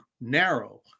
narrow